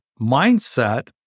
mindset